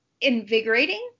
invigorating